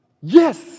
Yes